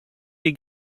you